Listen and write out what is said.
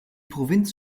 provinz